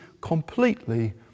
completely